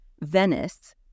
Venice